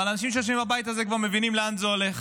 אבל אנשים שיושבים בבית הזה כבר מבינים לאן זה הולך: